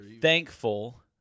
thankful